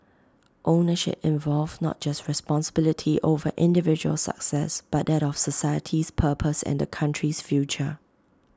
ownership involved not just responsibility over individual success but that of society's purpose and the country's future